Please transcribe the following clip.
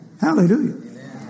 Hallelujah